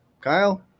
Kyle